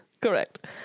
Correct